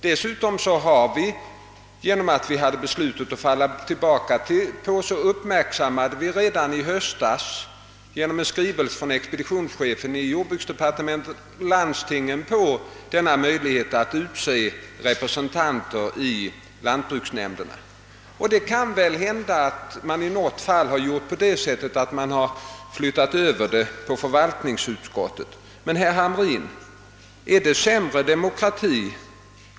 Då vi hade beslutet att falla tillbaka på gjorde vi redan i höstas — genom en skrivelse från expeditionschefen i jordbruksdepartementet — landstingen uppmärksamma på denna möjlighet att utse representanter i lantbruksnämnderna. Det kan väl hända att man i något fall flyttat över saken på förvaltningsutskotten. Men, herr Hamrin i Kalmar, är det sämre demokrati?